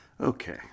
Okay